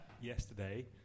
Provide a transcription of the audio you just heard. yesterday